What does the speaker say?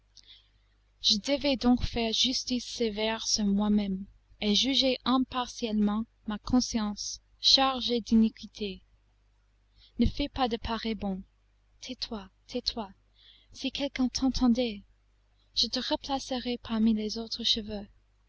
je devais donc faire justice sévère sur moi-même et juger impartialement ma conscience chargée d'iniquités ne fais pas de pareils bonds tais-toi tais-toi si quelqu'un t'entendait je te replacerai parmi les autres cheveux